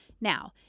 Now